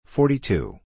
Forty-two